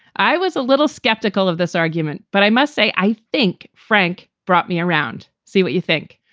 i was a little skeptical of this argument, but i must say i think frank brought me around. see what you think.